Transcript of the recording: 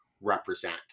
represent